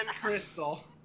Crystal